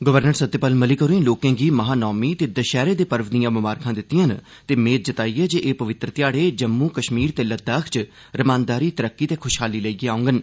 governor Satyapal Malik होरें लोकें गी महानौमी ते दशैहरे दे पर्व दिआं ममारखां दित्तिआं न ते मेद बुज्झी ऐ जे एह् पवित्तर ध्याड़े जम्मू कश्मीर ते लद्दाख च रमानदारी तरक्की ते खुशहाली लेइयै औङन